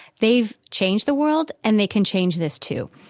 they've changed the world and they can change this, too.